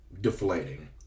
deflating